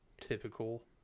typical